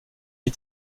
les